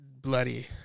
Bloody